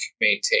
maintain